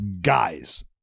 guys